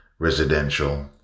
residential